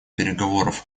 переговоров